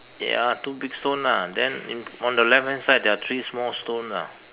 ya two big stone lah then in on the left hand side there are three small stone lah